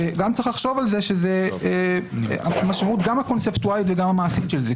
וגם צריך לחשוב על המשמעות גם הקונספטואלית וגם המעשית של זה,